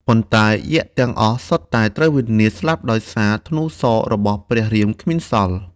ប៉ុន្តែយក្សទាំងអស់ សុទ្ធតែត្រូវវិនាសស្លាប់ដោយធ្នូរសររបស់ព្រះរាមគ្មានសល់។